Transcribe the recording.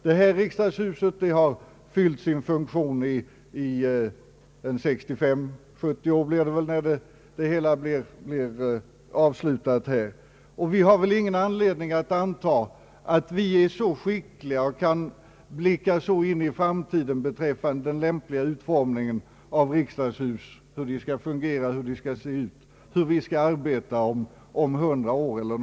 Detta riksdagshus har fyllt sin funktion i 65 eller 70 år när de nya lokalerna tas i anspråk, och vi har knappast anledning att anta att vi är så skickliga och kan blicka så långt in i framtiden beträffande den lämpliga utformningen av riksdagshuset att vi vet hur det skall se ut och fungera och hur vi skall arbeta om hundra år.